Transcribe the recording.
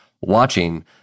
watching